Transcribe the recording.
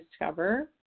discover